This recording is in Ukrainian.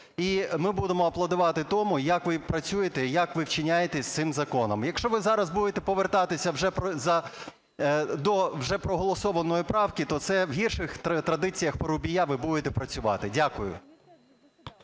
ми будемо аплодувати тому, як ви працюєте, як ви вчиняєте з цим законом. Якщо ви зараз будете повертатися до вже проголосованої правки, то це в гірших традиціях Парубія ви будете працювати. Дякую.